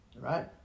right